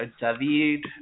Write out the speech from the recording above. David